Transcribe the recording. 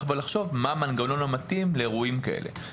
לחשוב מה המנגנון המתאים לאירועים כאלה.